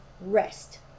rest